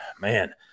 man